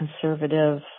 conservative